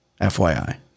FYI